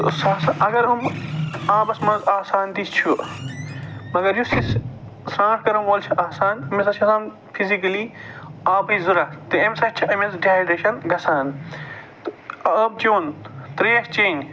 تہٕ سُہ ہسا اَگر أمۍ آبَس منٛز آسان تہِ چھُ مَگر یُس یہِ سرٛانٹھ کَرن وول چھُ آسان أمِس چھِ آسان فِزِکٔلی آبٕچ ضوٚرتھ تہٕ اَمہِ ساتہٕ چھِ أمِس ڈِہٮ۪ڈریشَن گژھان تہٕ آب چٮ۪وٚن تہٕ ترٮ۪ش چٮ۪نۍ